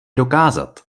dokázat